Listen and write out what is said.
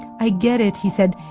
i get it, he said.